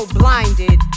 blinded